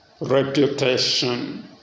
reputation